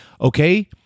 Okay